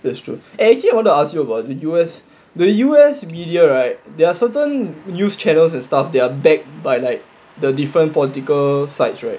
that's true eh actually I want to ask you about the U_S the U_S media right there are certain news channels and stuff they are back by like the different political sides right